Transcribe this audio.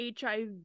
HIV